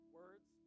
words